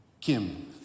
Kim